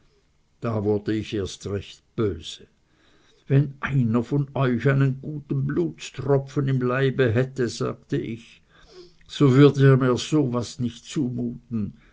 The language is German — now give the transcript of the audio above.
da wurde ich erst recht böse wenn einer von euch einen guten blutstropfen im leibe hätte sagte ich so würde er mir so was nicht zumuten